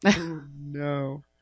no